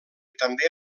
també